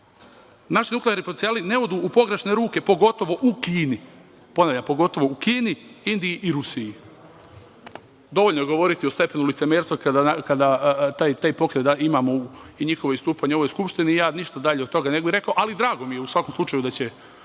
virtualnog pokreta – ne odu u pogrešne ruke, pogotovo u Kini, Indiji i Rusiji“. Dovoljno je govoriti o stepenu licemerstva kada taj pokret imamo i njihovo istupanje u ovoj Skupštini i ja ništa dalje od toga ne bih rekao, ali, drago mi je, u svakom slučaju, da će